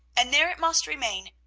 and there it must remain.